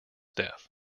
death